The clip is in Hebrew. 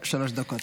נכבדה,